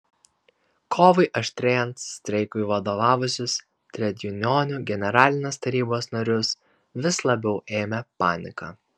kovai aštrėjant streikui vadovavusius tredjunionų generalinės tarybos narius vis labiau ėmė panika